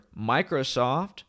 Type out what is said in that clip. Microsoft